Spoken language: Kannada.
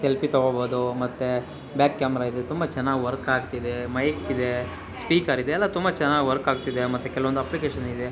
ಸೆಲ್ಫಿ ತಗೊಬೋದು ಮತ್ತು ಬ್ಯಾಕ್ ಕ್ಯಾಮ್ರ ಇದೆ ತುಂಬ ಚೆನ್ನಾಗಿ ವರ್ಕ್ ಆಗ್ತಿದೆ ಮೈಕಿದೆ ಸ್ಪೀಕರಿದೆ ಎಲ್ಲ ತುಂಬ ಚೆನ್ನಾಗಿ ವರ್ಕ್ ಆಗ್ತಿದೆ ಮತ್ತು ಕೆಲ್ವೊಂದು ಅಪ್ಲಿಕೇಷನಿದೆ